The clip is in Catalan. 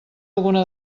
alguna